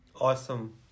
Awesome